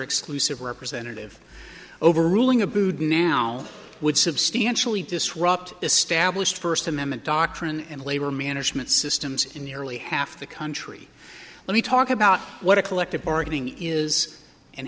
exclusive representative overruling abood now would substantially disrupt established first amendment doctrine and labor management systems in nearly half the country let me talk about what a collective bargaining is and